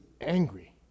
angry